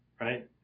right